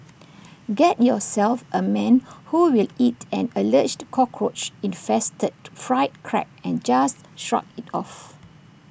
get yourself A man who will eat an Alleged Cockroach infested fried Crab and just shrug IT off